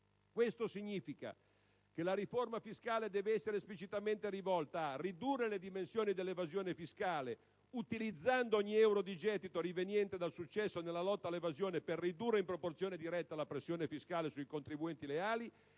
Questo significa che la riforma fiscale deve esplicitamente essere rivolta a: ridurre le dimensioni dell'evasione fiscale, utilizzando ogni euro di gettito riveniente dal successo nella lotta all'evasione per ridurre in proporzione diretta la pressione fiscale sui contribuenti leali